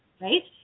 right